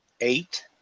eight